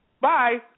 Bye